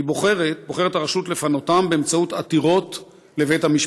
הרשות בוחרת לפנותם באמצעות עתירות לבית-המשפט.